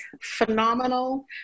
phenomenal